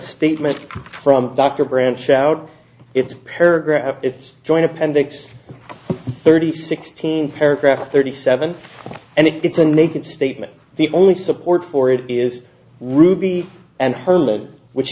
statement from dr branch out it's a paragraph it's joint appendix thirty sixteen paragraph thirty seven and if it's a naked statement the only support for it is ruby and her load which